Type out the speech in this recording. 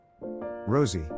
Rosie